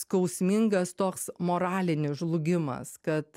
skausmingas toks moralinis žlugimas kad